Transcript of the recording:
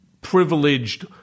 privileged